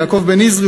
ויעקב בן-יזרי,